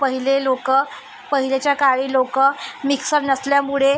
पहिले लोक पहिलेच्या काळी लोक मिक्सर नसल्यामुळे